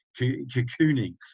cocooning